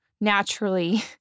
naturally